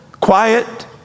quiet